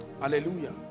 hallelujah